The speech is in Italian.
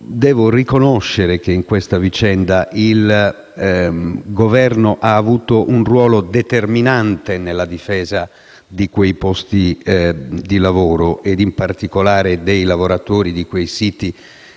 Devo riconoscere che in questa vicenda il Governo ha avuto un ruolo determinante nella difesa di quei posti di lavoro e, in particolare, dei lavoratori di quei siti